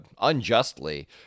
unjustly